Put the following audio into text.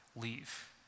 leave